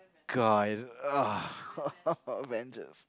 god ugh Avengers